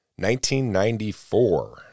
1994